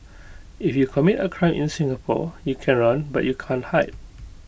if you commit A crime in Singapore you can run but you can't hide